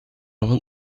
want